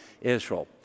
Israel